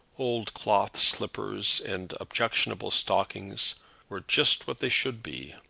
old cloth slippers, and objectionable stockings were just what they should be.